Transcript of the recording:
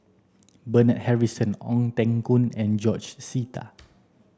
Bernard Harrison Ong Teng Koon and George Sita